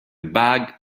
bag